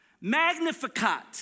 Magnificat